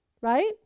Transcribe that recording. right